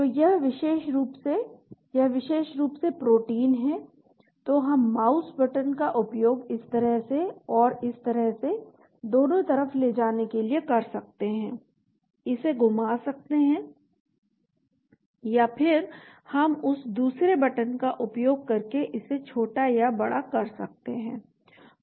तो यह विशेष रूप से यह विशेष रूप से प्रोटीन है तो हम माउस बटन का उपयोग इस तरह से और इस तरह से दोनों तरफ ले जाने के लिए कर सकते हैं इसे घुमा सकते हैं या फिर हम उस दूसरे बटन का उपयोग करके इसे छोटा या बड़ा कर सकते हैं